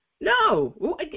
no